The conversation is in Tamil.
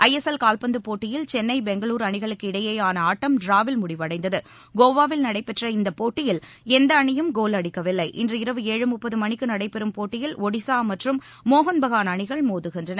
ஐ எஸ் எல் கால்பந்து போட்டியில் சென்னை பெங்களூரு அணிகளுக்கு இடையேயான ஆட்டம் டிராவில் முடிவடைந்தது கோவாவில் நடைபெற்ற இந்தப்போட்டியில் எந்த அணியும் கோல் அடிக்கவில்லை இன்று இரவு ஏழு முப்பது மணிக்கு நடைபெறும் போட்டியில் ஒடிஷா மற்றும் மோகன் பகான் அணிகள் மோதுகின்றன